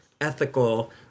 ethical